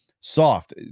soft